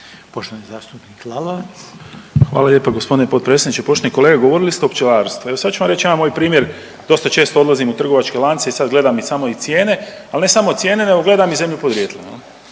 Boris (SDP)** Hvala lijepa g. potpredsjedniče. Poštovani kolega, govorili ste o pčelarstvu. Evo sad ću vam reć jedan moj primjer, dosta često odlazim u trgovačke lance i sad gledam i samo i cijene, al ne samo cijene nego gledam i zemlju podrijetla